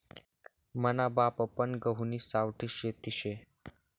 मना बापपन गहुनी सावठी खेती शे